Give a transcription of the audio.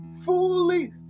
fully